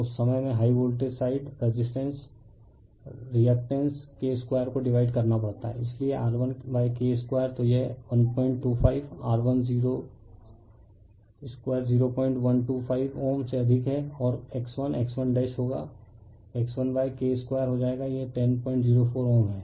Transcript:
तो उस समय में high voltage side resistance reactance K 2 को डिवाइड करना पड़ता है इसलिए R1K 2 तो यह 125 R10 20125Ω से अधिक है और X1 X1 होगा X1 K 2 हो जाएगा यह 1004Ω है